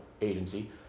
agency